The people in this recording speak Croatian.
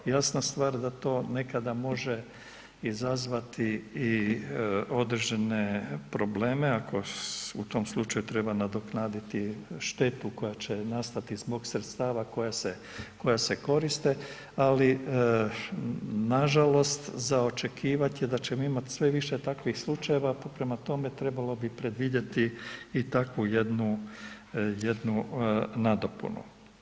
Jasna stvar da to nekada može izazvati i određene probleme ako u tom slučaju treba nadoknaditi štetu koja će nastati zbog sredstava koja se koriste, ali nažalost za očekivat je da ćemo imati sve više takvih slučajeva pa prema tome trebalo bi predvidjeti i takvu jednu, jednu nadopunu.